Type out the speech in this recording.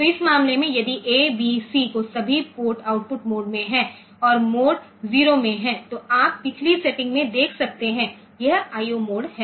तो इस मामले में यदि ए बी सी के सभी पोर्ट आउटपुट मोड में हैं और मोड 0 में हैं तो आप पिछली सेटिंग में देख सकते हैं यह IO मोड है